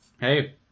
hey